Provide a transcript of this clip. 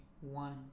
one